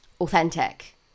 authentic